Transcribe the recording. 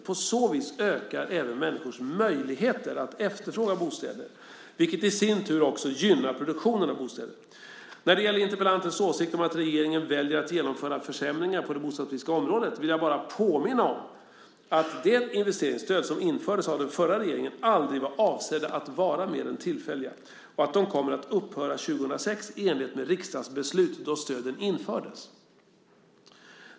På så vis ökar även människors möjligheter att efterfråga bostäder, vilket i sin tur också gynnar produktionen av bostäder. När det gäller interpellantens åsikt att regeringen väljer att genomföra försämringar på det bostadspolitiska området vill jag bara påminna om att de investeringsstöd som infördes av den förra regeringen aldrig varit avsedda att vara mer än tillfälliga och att de kommer att upphöra år 2006 i enlighet med riksdagsbeslut då stöden infördes.